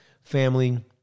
family